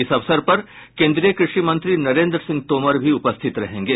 इस अवसर पर केंद्रीय कृषि मंत्री नरेंद्र सिंह तोमर भी उपस्थित रहेंगे